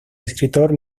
escritor